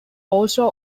also